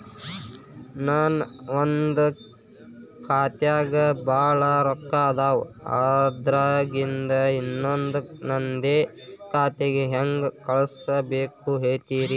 ನನ್ ಒಂದ್ ಖಾತ್ಯಾಗ್ ಭಾಳ್ ರೊಕ್ಕ ಅದಾವ, ಅದ್ರಾಗಿಂದ ಇನ್ನೊಂದ್ ನಂದೇ ಖಾತೆಗೆ ಹೆಂಗ್ ಕಳ್ಸ್ ಬೇಕು ಹೇಳ್ತೇರಿ?